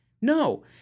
No